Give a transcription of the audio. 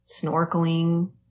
snorkeling